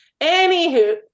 Anywho